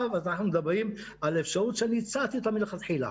עכשיו אנחנו מדברים על אפשרות שהצעתי מלכתחילה: